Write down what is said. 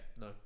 No